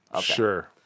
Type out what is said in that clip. sure